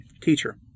teacher